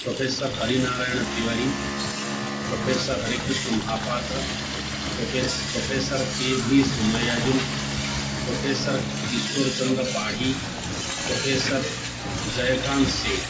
professor Harirayan Tiwari professor हरिकृष्णः Mahapatra professor के भी Somayajulu professor Kishorchandra Pathi professor Jayakant C